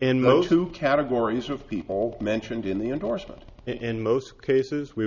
in those two categories of people mentioned in the endorsement in most cases we